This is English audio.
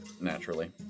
naturally